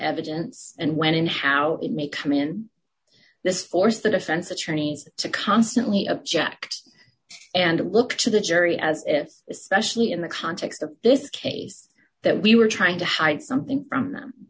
evidence and when and how it may come in this force the defense attorneys to constantly object and look to the jury as if especially in the context of this case that we were trying to hide something from them